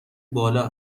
بالا